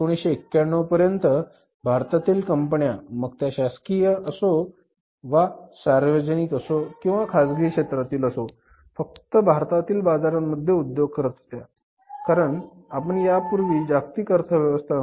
1991 पर्यंत भारतातील कंपन्या मग त्या शासकीय असो सार्वजनिक असो किंवा खाजगी क्षेत्रातील असो फक्त भारतातील बाजारामध्ये उद्योग करत होत्या कारण आपण पण यापूर्वी जागतिक अर्थव्यवस्था नव्हतो